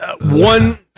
one